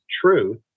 truth